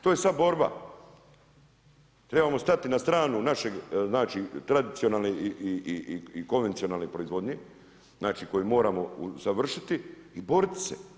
To je sada borba, trebamo stati na stranu našeg tradicionalne i konvencionalne proizvodnje koju moramo usavršiti i boriti se.